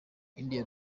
india